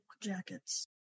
jackets